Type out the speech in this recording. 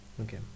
Okay